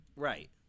Right